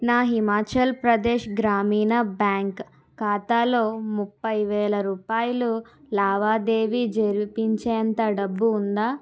నా హిమాచల్ ప్రదేశ్ గ్రామీణ బ్యాంక్ ఖాతాలో ముప్పై వేల రూపాయలు లావాదేవీ జరిపేంత డబ్బు ఉందా